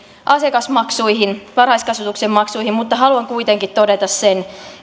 asiakasmaksuihin varhaiskasvatuksen maksuihin mutta haluan kuitenkin todeta sen